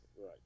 Right